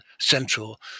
central